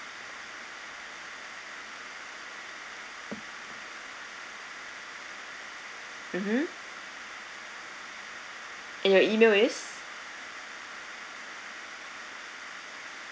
mmhmm and your email is